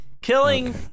Killing